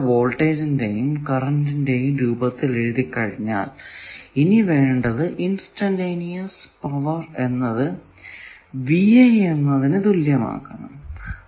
വോൾട്ടേജിന്റെയും കറന്റിന്റെയും രൂപത്തിൽ എഴുതിക്കഴിഞ്ഞാൽ ഇനി വേണ്ടത് ഇൻസ്റ്റന്റീനിയസ് പവർ എന്നത് എന്നതിന് തുല്യമാക്കുകയാണ്